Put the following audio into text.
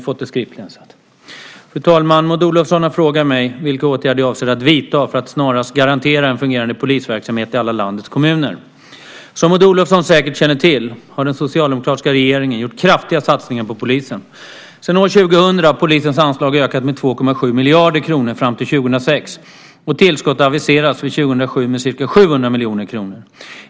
Fru talman! Maud Olofsson har frågat mig vilka åtgärder jag avser att vidta för att snarast garantera en fungerande polisverksamhet i alla landets kommuner. Som Maud Olofsson säkert känner till har den socialdemokratiska regeringen gjort kraftiga satsningar på polisen. Sedan år 2000 har polisens anslag ökat med 2,7 miljarder kronor fram till år 2006, och tillskott har aviserats för år 2007 med ca 700 miljoner kronor.